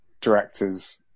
directors